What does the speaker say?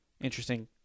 Interesting